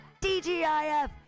DGIF